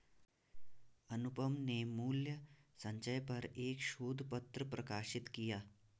अनुपम ने मूल्य संचय पर एक शोध पत्र प्रकाशित किया